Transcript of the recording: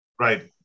Right